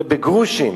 בגרושים.